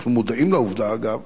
אנחנו מודעים לעובדה, אגב,